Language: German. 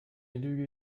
lüge